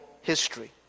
history